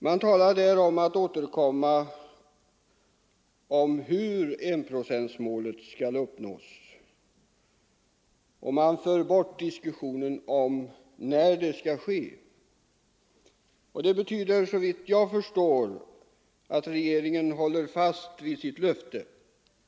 Man talar om att återkomma när det gäller hur enprocentsmålet skall uppnås. Man för bort diskussionen om när det skall ske. Det betyder såvitt jag förstår att regeringen håller fast vid sitt löfte.